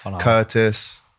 Curtis